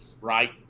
right